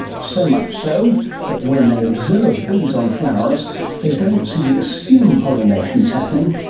so much so that when they observe bees on flowers they don't simply assume pollination is happening,